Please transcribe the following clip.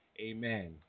amen